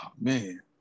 man